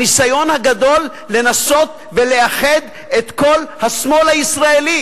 הניסיון הגדול לנסות לאחד את כל השמאל הישראלי.